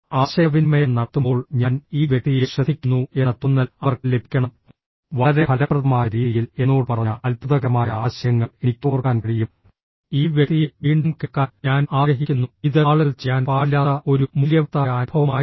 ആശയവിനിമയം നടത്തുമ്പോൾ ഞാൻ ഈ വ്യക്തിയെ ശ്രദ്ധിക്കുന്നു എന്ന തോന്നൽ അവർക്ക് ലഭിക്കണം വളരെ ഫലപ്രദമായ രീതിയിൽ എന്നോട് പറഞ്ഞ അത്ഭുതകരമായ ആശയങ്ങൾ എനിക്ക് ഓർക്കാൻ കഴിയും ഈ വ്യക്തിയെ വീണ്ടും കേൾക്കാൻ ഞാൻ ആഗ്രഹിക്കുന്നു ഇത് ആളുകൾ ചെയ്യാൻ പാടില്ലാത്ത ഒരു മൂല്യവത്തായ അനുഭവമായിരിക്കണം